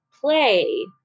play